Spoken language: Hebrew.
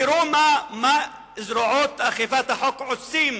תראו מה זרועות אכיפת החוק עושים